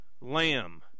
Lamb